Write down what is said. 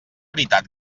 veritat